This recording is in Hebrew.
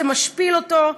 זה משפיל אותו.